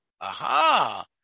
Aha